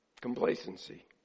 Complacency